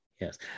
Yes